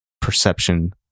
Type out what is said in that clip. perception